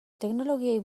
teknologiei